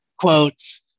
quotes